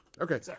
Okay